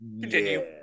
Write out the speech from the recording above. continue